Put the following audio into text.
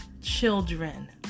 children